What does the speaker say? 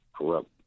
Corrupt